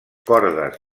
cordes